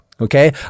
okay